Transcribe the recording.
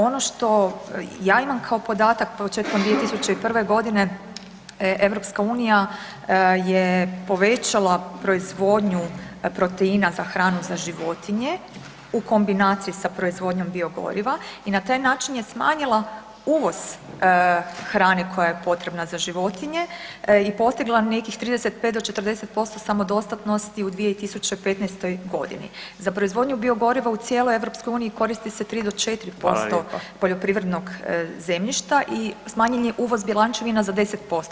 Ono što ja imam kao podatak, početkom 2001.g. EU je povećala proizvodnju proteina za hranu za životinje u kombinaciji sa proizvodnjom biogoriva i na taj način je smanjila uvoz hrane koja je potrebna za životinje i postigla nekih 35 do 40% samodostatnosti u 2015.g. Za proizvodnju biogoriva u cijeloj EU koristi se 3 do 4% [[Upadica: Fala lijepa]] poljoprivrednog zemljišta i smanjen je uvoz bjelančevina za 10%